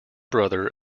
brother